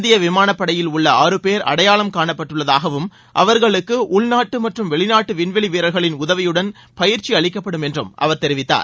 இந்திய விமானப் படையில் உள்ள ஆறு பேர் அடையாளம் காணப்பட்டுள்ளதாகவும் அவர்களுக்கு உள்நாட்டு மற்றும் வெளிநாட்டு விண்வெளி வீரர்களின் உதவியுடன் பயிற்சி அளிக்கப்படும் என்றும் அவர் தெரிவித்தார்